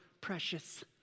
Precious